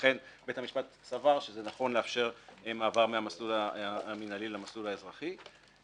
ולכן בית המשפט סבר שזה נכון לאפשר מעבר מהמסלול המינהלי למסלול האזרחי.